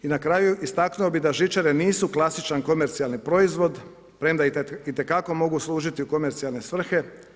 Na kraju, istaknuo bih da žičare nisu klasičan komercijalni proizvod, premda itekako mogu služiti u komercijalne svrhe.